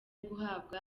guhabwa